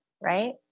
right